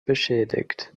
beschädigt